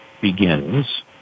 begins